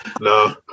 No